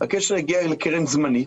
הכסף יגיע לקרן זמנית,